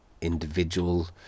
individual